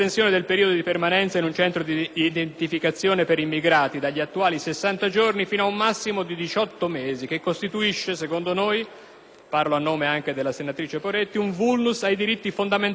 (parlo anche a nome della senatrice Poretti), un *vulnus* ai diritti fondamentali della persona. Teniamo conto che si tratta di uomini, donne e bambini (che non sono esclusi da questa norma) innocenti.